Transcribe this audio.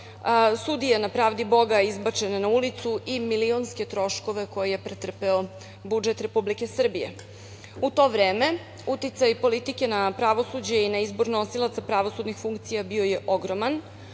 sudije na pravdi Boga izbačena na ulicu i milionske troškove koje je pretrpeo budžet Republike Srbije.U to vreme uticaj politike na pravosuđe i na izbor nosilaca pravosudnih funkcija bio je ogroman,